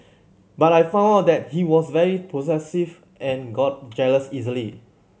but I found out that he was very possessive and got jealous easily